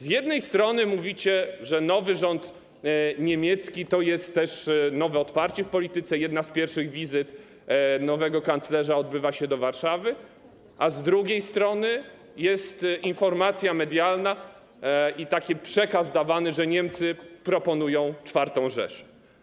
Z jednej strony mówicie, że nowy rząd niemiecki to nowe otwarcie w polityce, jedna z pierwszych wizyt nowego kanclerza odbyła się w Warszawie, a z drugiej strony jest informacja medialna i taki przekaz, że Niemcy proponują IV Rzeszę.